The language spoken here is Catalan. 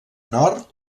nord